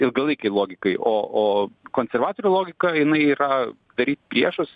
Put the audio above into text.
ilgalaikei logikai o o konservatorių logika jinai yra daryt priešus